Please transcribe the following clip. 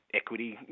equity